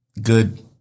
Good